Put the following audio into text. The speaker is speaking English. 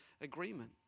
agreement